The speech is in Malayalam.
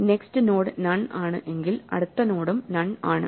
നെക്സ്റ്റ് നോഡ് നൺ ആണ് എങ്കിൽ അടുത്ത നോഡും നൺ ആണ്